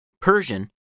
Persian